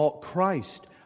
Christ